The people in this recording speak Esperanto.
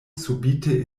subite